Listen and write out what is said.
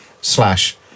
slash